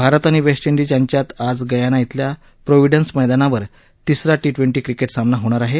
भारत आणि West Indies यांच्यात आज गयाना बेल्या प्रोव्हीङ्न्स मैदानावर तिसरा टी ट्वेंटी क्रिकेट सामना होणार आहे